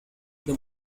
the